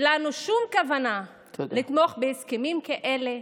לנו שום כוונה לתמוך בהסכמים כאלה,